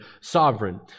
sovereign